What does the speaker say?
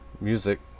music